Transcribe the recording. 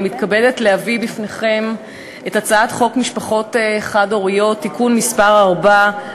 אני מתכבדת להביא בפניכם את הצעת חוק משפחות חד-הוריות (תיקון מס' 4),